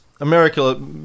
America